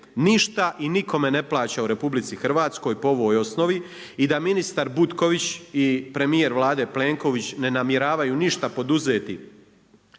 ništa i nikome ne plaća u RH po ovoj osnovi i da ministar Butković i premijer Vlade Plenković ne namjeravaju ništa poduzeti